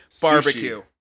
Barbecue